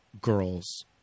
girls